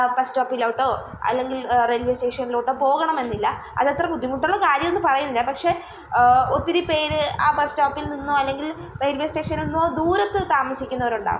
bus സ്റ്റോപ്പിലോട്ടോ അല്ലെങ്കിൽ railway സ്റ്റേഷനിലോട്ടോ പോകണമെന്നില്ല അതത്ര ബുദ്ധിമുട്ടുള്ള കാര്യമെന്ന് പറയുന്നില്ല പക്ഷെ ഒത്തിരിപ്പേര് ആ ബസ്സ് സ്റ്റോപ്പിൽ നിന്നോ അല്ലെങ്കിൽ റെയിൽവേ സ്റ്റേഷനിൽനിന്നോ ദൂരത്ത് താമസിക്കുന്നവരുണ്ടാവും